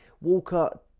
Walker